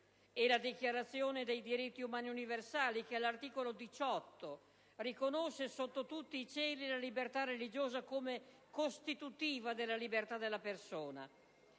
e la Dichiarazione universale dei diritti umani, che all'articolo 18 riconosce sotto tutti i cieli la libertà religiosa come costitutiva della libertà della persona,